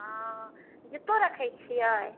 हँ जुत्तो रखै छियै